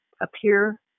appear